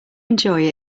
enjoy